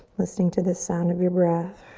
listening to the sound of your breath.